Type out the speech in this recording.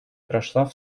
прошла